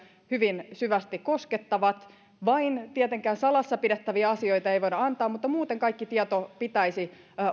hyvin syvästi koskettavat tietenkään salassa pidettäviä asioita ei voida antaa mutta muuten kaiken tiedon pitäisi